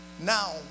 Now